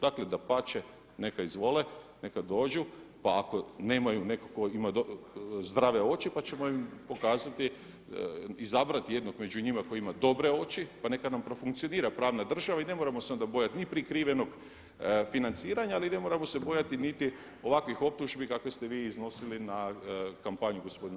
Dakle dapače neka izvole, neka dođu pa ako nemaju, neko ko ima zdrave oči pa ćemo im pokazati, izabrati jednog među njima koji ima dobre oči pa neka nam profunkcionira pravna država i ne moramo se onda bojati ni prikrivenog financiranja, ali ne moramo se bojati niti ovakvih optužbi kakve ste vi iznosili na kampanju gospodina